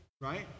right